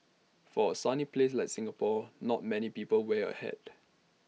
for A sunny place like Singapore not many people wear A hat